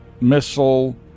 missile